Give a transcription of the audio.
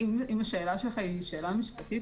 אם השאלה שלך היא שאלה משפטית,